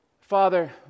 Father